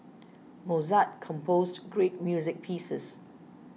Mozart composed great music pieces